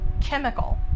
chemical